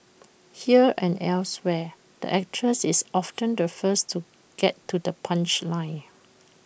here and elsewhere the actress is often the first to get to the punchline